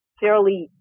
fairly